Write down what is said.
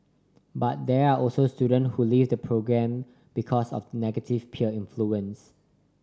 but there are also student who leave the programme because of negative peer influence